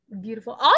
beautiful